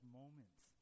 moments